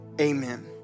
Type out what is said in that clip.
amen